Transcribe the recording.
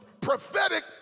prophetic